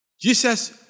Jesus